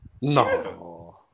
No